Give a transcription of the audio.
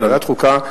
ועדת החוקה,